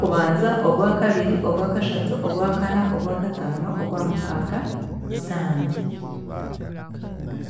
Ogwokubanza, Ogwakabiiri, Ogwakashatu, Ogwakaana, Ogwakataano, Ogwamukaaga, Sunday.